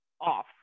off